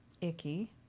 icky